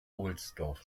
ohlsdorf